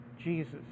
Jesus